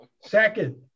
Second